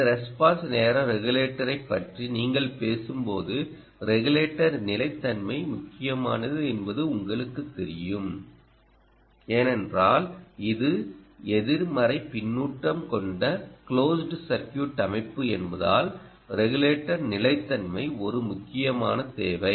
இந்த ரெஸ்பான்ஸ் நேர ரெகுலேட்டரைப் பற்றி நீங்கள் பேசும்போது ரெகுலேட்டர் நிலைத்தன்மை முக்கியமானது என்பது உங்களுக்குத் தெரியும் ஏனென்றால் இது எதிர்மறை பின்னூட்டம் கொண்ட க்ளோஸ்டு சர்க்யூட் அமைப்பு என்பதால் ரெகுலேட்டர் நிலைத்தன்மை ஒரு முக்கியமான தேவை